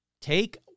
take